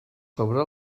sobre